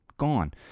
gone